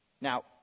Now